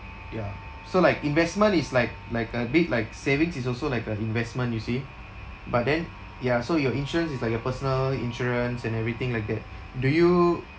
ya so like investment is like like a bit like savings is also like a investment you see but then ya so your insurance is like your personal insurance and everything like that do you